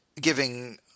giving